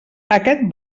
aquest